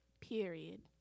Period